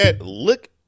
Look